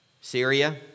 Syria